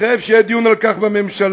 התחייב שיהיה דיון על כך בממשלה.